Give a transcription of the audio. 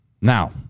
Now